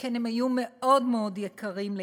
שכן הם היו מאוד מאוד יקרים.